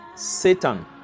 Satan